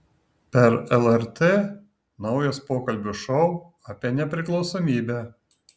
per lrt naujas pokalbių šou apie nepriklausomybę